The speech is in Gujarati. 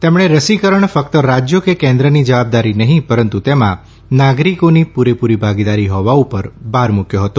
તેમણે રસીકરણ ફકત રાજ્યો કે કેન્દ્રની જવાબદારી નહી પરંતુ તેમાં નાગરીકોની પુરેપુરી ભાગીદારી હોવા ઉપર ભાર મુકયો હતો